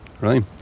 right